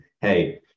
hey